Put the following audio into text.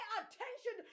attention